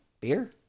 beer